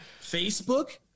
Facebook